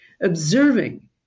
observing